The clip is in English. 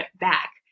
back